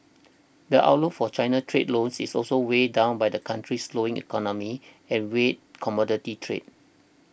the outlook for China trade loans is also weighed down by the country's slowing economy and weak commodity trade